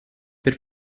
per